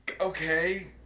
okay